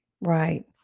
Right